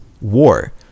War